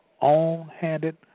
own-handed